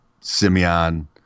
Simeon